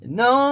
no